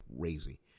crazy